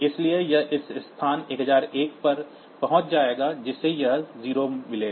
इसलिए यह इस स्थान 1001 पर पहुंच जाएगा जिसे यह 0 मिलेगा